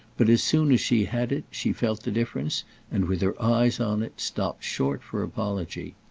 but as soon as she had it she felt the difference and, with her eyes on it, stopped short for apology.